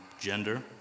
gender